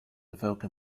evoke